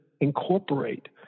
incorporate